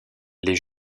les